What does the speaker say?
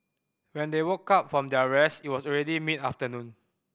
when they woke up from their rest it was already mid afternoon